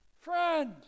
Friend